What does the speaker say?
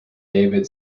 david